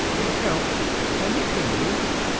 it helps and it hinders.